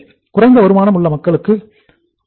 குறைந்த வருமானம் உள்ள மக்களுக்கும் இல்லை